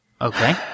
Okay